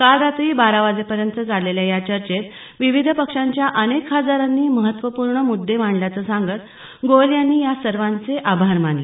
काल रात्री बारावाजेपर्यंत चाललेल्या या चर्चेत विविध पक्षाच्या अनेक खासदारांनी महत्त्वपूर्ण मुद्दे मांडल्याचं सांगत गोयल यांनी या सर्वांचे आभार मानले